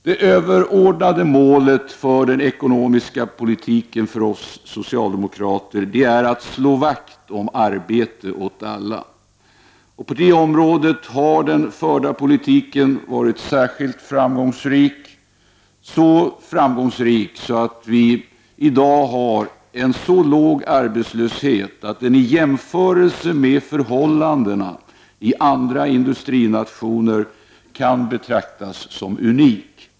Det överordnade målet för den ekonomiska politiken är för oss socialdemokrater att slå vakt om arbete åt alla. På det området har den förda politiken varit särskilt framgångsrik, så framgångsrik att vi i dag har en så låg arbetslöshet att den i jämförelse med förhållandena i andra industrinationer kan betraktas som unik.